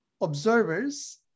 observers